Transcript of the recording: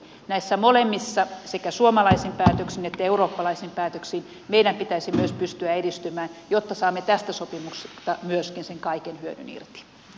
näissä molemmissa sekä suomalaisissa päätöksissä että eurooppalaisissa päätöksissä meidän pitäisi myös pystyä edistymään jotta saamme tästä sopimuksesta myöskin sen kaiken hyödyn irti